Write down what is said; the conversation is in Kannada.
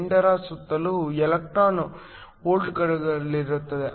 8 ರ ಸುತ್ತಲೂ ಎಲೆಕ್ಟ್ರಾನ್ ವೋಲ್ಟ್ಗಳಲ್ಲಿರುತ್ತದೆ